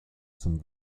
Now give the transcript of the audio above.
zum